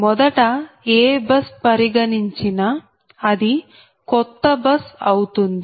మొదట ఏ బస్ పరిగణించినా అది కొత్త బస్ అవుతుంది